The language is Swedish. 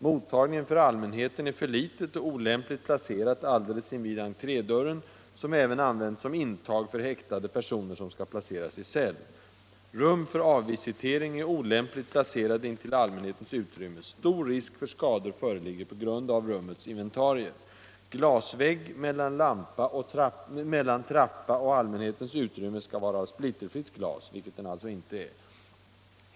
Mottagningen för allmänheten är för liten och är olämpligt placerad alldeles invid entrédörren, som även används som intag för häktade personer, som skall placeras i cell. Rum för avvisitering är olämpligt placerat intill allmänhetens utrymme. Stor risk för skador föreligger på grund av rummets inventarier. Glasvägg mellan trappa.och allmänhetens utrymme skall vara av splitterfritt glas. Vilket den alltså inte är.